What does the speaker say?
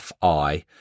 Fi